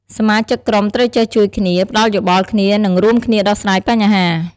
សមាជិកក្រុមត្រូវចេះជួយគ្នា ផ្ដល់យោបល់គ្នា និងរួមគ្នាដោះស្រាយបញ្ហា។